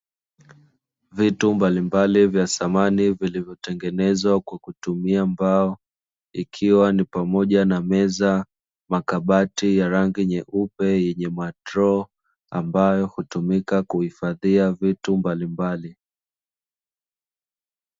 Vitu mbalimbali vya samani vilivyotengenezwa kwa kutumia mbao, ikiwa ni pamoja na meza, makabati ya rangi nyeupe yenye madroo, ambayo hutumika kuhifadhia vitu mbalimbali.